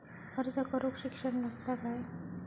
अर्ज करूक शिक्षण लागता काय?